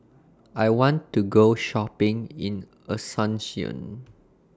I want to Go Shopping in Asuncion